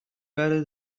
better